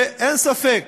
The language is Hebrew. ואין ספק